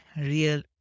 real